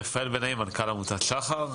רפאל בן נעים מנכ"ל עמותת שחר.